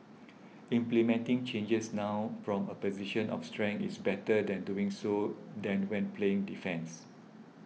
implementing changes now from a position of strength is better than doing so than when playing defence